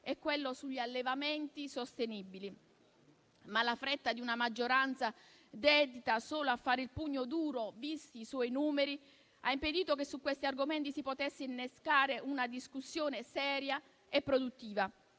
e quello sugli allevamenti sostenibili. Ma la fretta di una maggioranza dedita solo a fare il pugno duro, visti i suoi numeri, ha impedito che su questi argomenti si potesse innescare una discussione seria e produttiva.